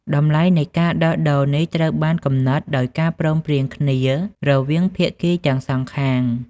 តម្លៃនៃការដោះដូរនេះត្រូវបានកំណត់ដោយការព្រមព្រៀងគ្នារវាងភាគីទាំងសងខាង។